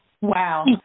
Wow